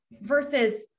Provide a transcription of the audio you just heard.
versus